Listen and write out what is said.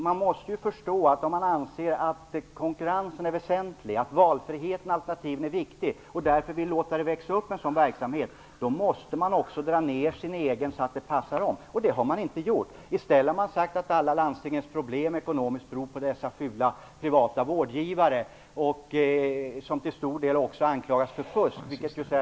Man måste ju förstå att om man anser att det är väsentligt med konkurrens, valfrihet och alternativ och man därför vill tillåta en sådan verksamhet att växa, så måste man också minska den egna verksamheten. Men det har man inte gjort. I stället har man sagt att landstingens alla ekonomiska problem beror på dessa fula privata vårdgivare, som till stor del också anklagas för fusk.